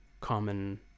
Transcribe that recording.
common